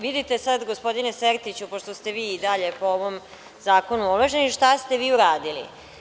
Vidite sad, gospodine Sertiću, pošto ste vi i dalje po ovom zakonu ovlašćeni, šta ste vi uradili.